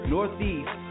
Northeast